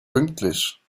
pünktlich